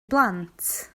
blant